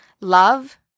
love